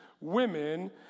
women